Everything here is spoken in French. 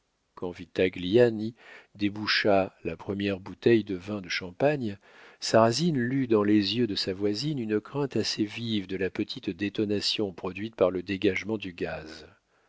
quand vitagliani déboucha la première bouteille de vin de champagne sarrasine lut dans les yeux de sa voisine une crainte assez vive de la petite détonation produite par le dégagement du gaz